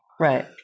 right